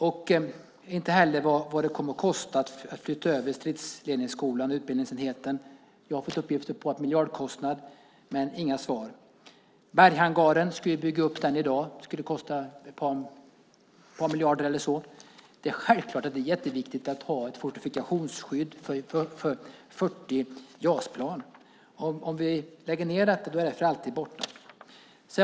Inte heller har jag blivit klokare beträffande vad det kommer att kosta att flytta över stridsledningsskolan, utbildningsenheten. Jag har fått uppgifter om miljardkostnader men får inga svar. Om vi skulle bygga upp berghangaren i dag skulle det kosta ett par miljarder eller så. Det är självklart att det är jätteviktigt att ha ett fortifikationsskydd för 40 JAS-plan. Om vi lägger ned detta är det för alltid borta.